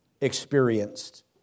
experienced